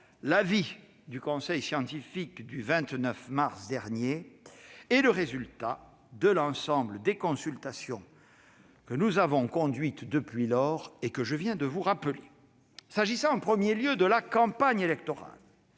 l'avis du conseil scientifique du 29 mars dernier et le résultat de l'ensemble des consultations que nous avons conduites depuis lors et que je viens de vous rappeler. S'agissant en premier lieu de la campagne électorale,